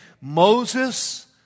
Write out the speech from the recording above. Moses